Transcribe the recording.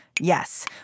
Yes